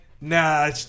Nah